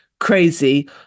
crazy